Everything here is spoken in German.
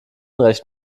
recht